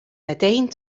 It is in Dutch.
meteen